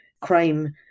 crime